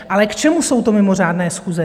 Ale k čemu jsou to mimořádné schůze?